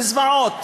בזוועות.